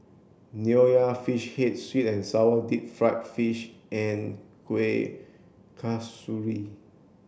nonya fish head sweet and sour deep fried fish and Kueh Kasturi